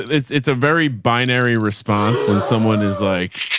it's, it's a very binary response. when someone is like,